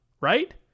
right